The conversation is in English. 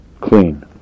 clean